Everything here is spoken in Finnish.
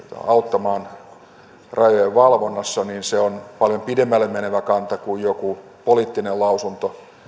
auttamaan rajojen valvonnassa niin se on paljon pidemmälle menevä kanta kuin joku poliittinen lausunto